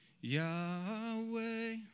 Yahweh